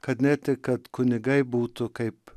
kad ne tik kad kunigai būtų kaip